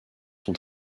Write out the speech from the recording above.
sont